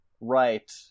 Right